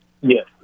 Yes